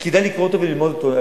כדאי לקרוא אותו וללמוד אותו.